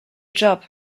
job